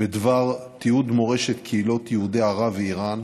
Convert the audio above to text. בדבר תיעוד מורשת קהילות יהודי ערב ואיראן,